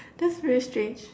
that's very strange